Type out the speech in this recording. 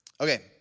Okay